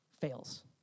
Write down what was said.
Fails